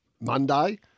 Monday